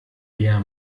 der